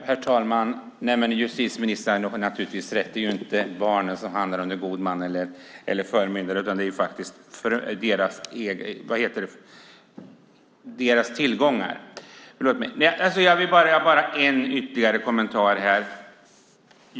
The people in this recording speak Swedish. Herr talman! Justitieministern har naturligtvis rätt; det är inte barnen som hamnar under god man eller förmyndare utan deras tillgångar. Jag har en ytterligare kommentar.